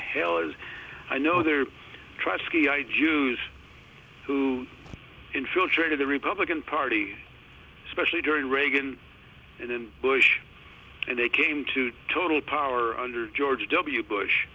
hell is i know they're trying to ski i'd use who infiltrated the republican party especially during reagan and bush and they came to total power under george w bush